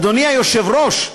אדוני היושב-ראש,